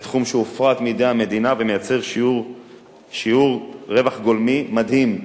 זה תחום שהופרט מידי המדינה ומייצר שיעור רווח גולמי מדהים,